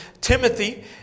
Timothy